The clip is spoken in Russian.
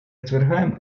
отвергаем